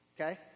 Okay